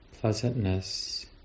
pleasantness